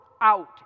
out